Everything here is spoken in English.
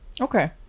okay